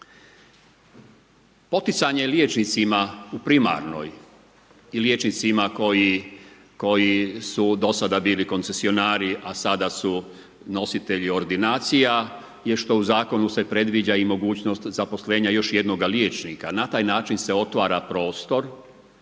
Poticanje liječnicima u primarnoj i liječnicima, koji su do sada bili koncesionari, a sada su nositelji ordinacija, je što u zakonu se predviđa i mogućnost zapošljenja još jednoga liječnika. Na taj način se otvara prostor